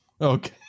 okay